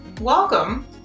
welcome